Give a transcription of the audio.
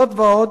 זאת ועוד,